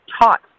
taught